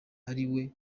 ariwe